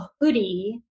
hoodie